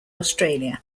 australia